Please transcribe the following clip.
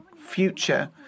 future